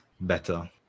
better